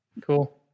Cool